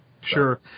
Sure